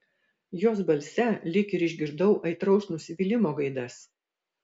jos balse lyg ir išgirdau aitraus nusivylimo gaidas